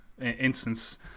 instance